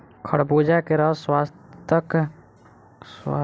खरबूजा के रस स्वास्थक लेल बहुत लाभकारी होइत अछि